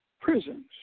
prisons